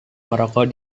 merokok